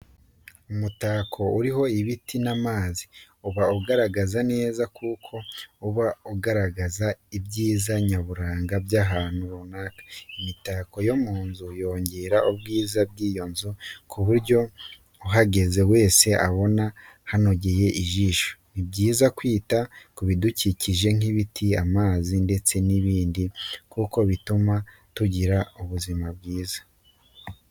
Umutako uriho ibiti n'amazi, uba ugaragara neza kuko uba unagaragaza ibyiza nyaburanga by'ahantu runaka, imitako yo mu nzu yongera ubwiza bw'iyo nzu ku buryo uhagenda wese abona hanogeye ijisho, ni byiza kwita ku bidukikije nk'ibiti, amazi ndetse n'ibindi kuko bituma tugira ubuzima bwiza.